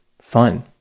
fun